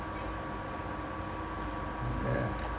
ah